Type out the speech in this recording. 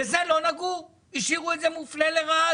בזה לא נגעו, השאירו את זה מופלה לרעה.